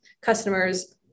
customers